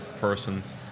person's